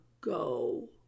go